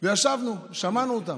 וישבנו, שמענו אותם.